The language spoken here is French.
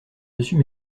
dessus